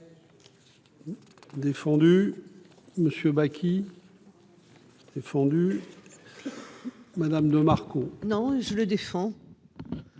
Défendu monsieur. S'est fendu. Madame de Marco. Non je le défends.